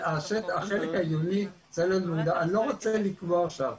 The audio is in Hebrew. אני לא רוצה לקבוע עכשיו.